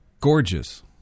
gorgeous